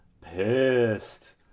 pissed